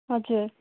हजुर